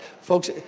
Folks